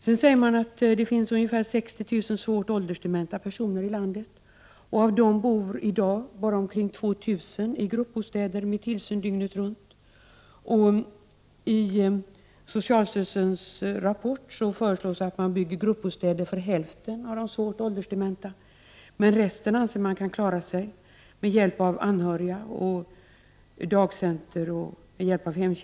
Vidare sägs det att det finns ungefär 60 000 svårt åldersdementa personer i landet, och av dem bor i dag bara omkring 2 000 i gruppbostäder med tillsyn dygnet runt. I socialstyrelsens rapport föreslår man att det skall byggas gruppbostäder för hälften av de svårt åldersdementa, men resten anser man kan klara sig med hjälp av anhöriga, dagcenter och hemtjänsten. Återigen Prot.